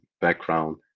background